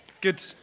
Good